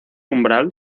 umbral